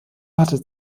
hatte